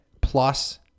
plus